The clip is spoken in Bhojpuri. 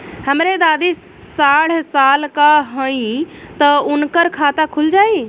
हमरे दादी साढ़ साल क हइ त उनकर खाता खुल जाई?